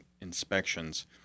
inspections